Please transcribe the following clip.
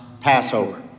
Passover